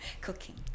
cooking